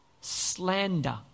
slander